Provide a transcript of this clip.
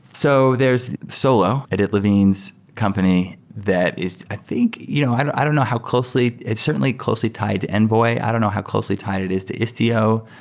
so there's solo, idit levine's company, that is i think you know i don't i don't know how closely. it's certainly closely tied to envoy. i don't know how closely tied it is to istio.